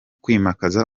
kwimakaza